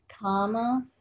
comma